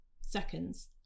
seconds